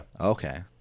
Okay